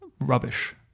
rubbish